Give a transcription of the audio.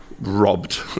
robbed